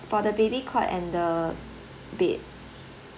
for the baby cot and the bed